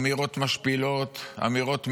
אמירות משפילות, אמירות מבזות,